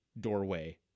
doorway